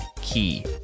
key